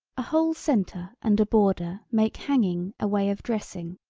a whole centre and a border make hanging a way of dressing.